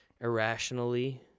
irrationally